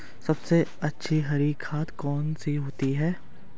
सबसे अच्छी हरी खाद कौन सी होती है?